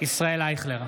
ישראל אייכלר,